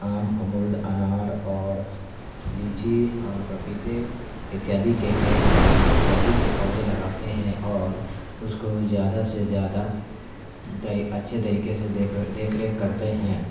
آم امرود انار اور لیچی اور پپیتے اتیادی کے پیڑ لگا اتیادی کے پودے لگاتے ہیں اور اس کو زیادہ سے زیادہ تو یہ اچھے طریقے سے دیکھ دیکھ ریکھ کرتے ہیں